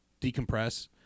decompress